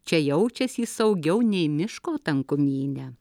čia jaučias jis saugiau nei miško tankumyne